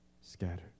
scattered